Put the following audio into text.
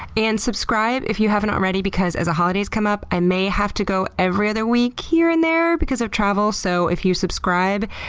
and subscribe if you haven't already, because as the holidays come up i may have to go every other week here and there because of travel. so if you subscribe,